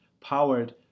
powered